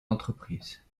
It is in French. entreprises